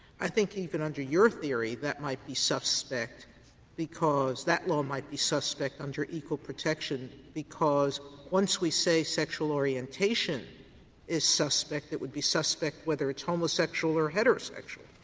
i think even under your theory that might be suspect because that law might be suspect under equal protection, because once we say sexual orientation is suspect, it would be suspect whether it's homosexual or heterosexual.